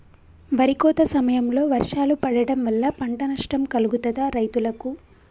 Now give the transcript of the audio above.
వరి కోత సమయంలో వర్షాలు పడటం వల్ల పంట నష్టం కలుగుతదా రైతులకు?